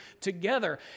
together